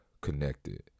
connected